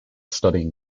studying